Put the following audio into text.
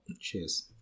Cheers